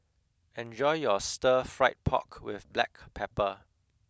enjoy your Stir Fried Pork with Black Pepper